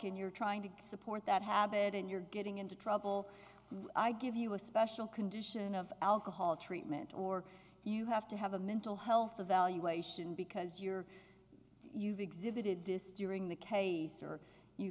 and you're trying to support that habit and you're getting into trouble i give you a special condition of alcohol treatment or you have to have a mental health evaluation because you're you've exhibited this during the case or you